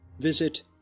visit